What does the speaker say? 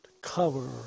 cover